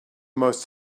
most